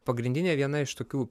pagrindinė viena iš tokių